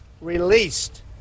released